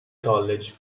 college